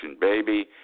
baby